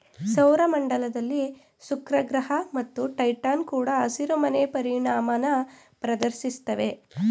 ಸೌರ ಮಂಡಲದಲ್ಲಿ ಶುಕ್ರಗ್ರಹ ಮತ್ತು ಟೈಟಾನ್ ಕೂಡ ಹಸಿರುಮನೆ ಪರಿಣಾಮನ ಪ್ರದರ್ಶಿಸ್ತವೆ